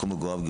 מקום מגורים.